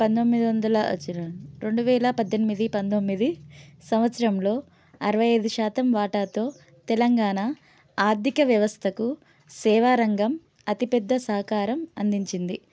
పంతొమ్మిది వందల రెండు వేల పద్దెనిమిది పంతొమ్మిది సంవత్సరంలో అరవై ఐదు శాతం వాటాతో తెలంగాణ ఆర్థిక వ్యవస్థకు సేవారంగం అతిపెద్ద సహకారం అందించింది